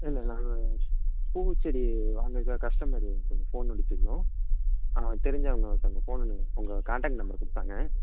இல்லை இல்லை நாங்கள் பூச்செடி வாங்குறதுக்காக கஸ்டமரு கொஞ்சம் ஃபோன் அடிச்சுருந்தோம் ஆ தெரிஞ்சவங்க ஒருத்தவங்க ஃபோன்னு உங்கள் கான்டெக்ட் நம்பர் கொடுத்தாங்க